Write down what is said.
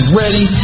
ready